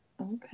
Okay